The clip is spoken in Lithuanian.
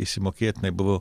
išsimokėtinai buvo